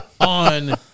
on